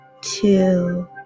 two